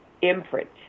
imprint